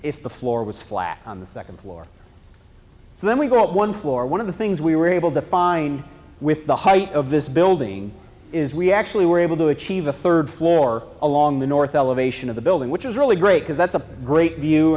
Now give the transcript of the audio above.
if the floor was flat on the second floor so then we go up one floor one of the things we were able to find with the height of this building is we actually were able to achieve a third floor along the north elevation of the building which is really great because that's a great view